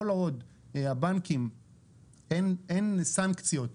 כל עוד הבנקים אין סנקציות,